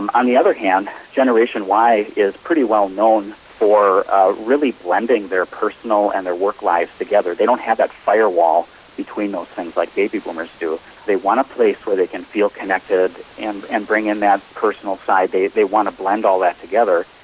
um on the other hand, generation y is pretty well known for really blending their personal and their work lives together, they don't have that firewall between those things like baby boomers do. they want a place where they can feel connected and and bring in that personal side, they they want to blend all that together.